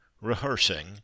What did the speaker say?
rehearsing